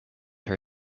her